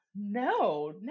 No